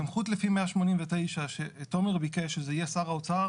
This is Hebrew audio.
הסמכות לפי 189 שתומר ביקש שזה יהיה שר האוצר,